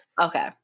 Okay